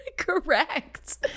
Correct